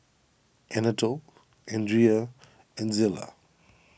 Anatole andria and Zillah